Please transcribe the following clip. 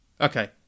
Okay